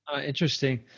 Interesting